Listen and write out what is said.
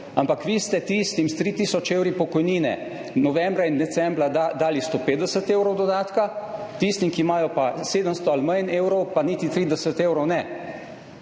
ampak vi ste tistim s 3 tisoč evri pokojnine novembra in decembra dali 150 evrov dodatka, tistim, ki imajo pa 700 evrov ali manj, pa niti 30 evrov ne.